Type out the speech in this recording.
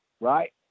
Right